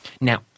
Now